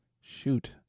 Shoot